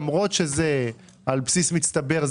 למרות שזה על בסיס מצטבר,